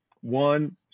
One